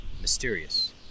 mysterious